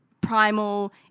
primal